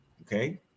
okay